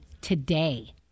today